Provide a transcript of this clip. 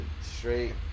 straight